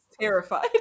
terrified